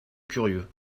curieux